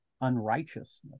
unrighteousness